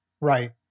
Right